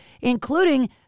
including